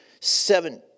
Seven